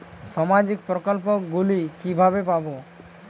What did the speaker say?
সামাজিক প্রকল্প গুলি কিভাবে পাব?